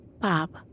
Bob